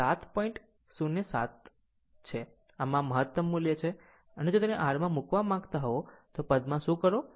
07 છે આ મહતમ મૂલ્ય છે અને જો તેને r માં મૂકવા માંગતા હો તો પદમાં શું કરો